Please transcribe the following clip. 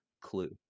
clue